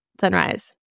Sunrise